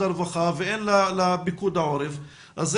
הרווחה ולפיקוד העורף את התמונה הזאת,